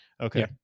Okay